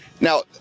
now